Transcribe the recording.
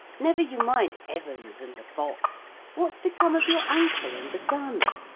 never you mind evans and the box what's become of your uncle and the gun?